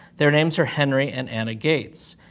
their names are henry and anna gates.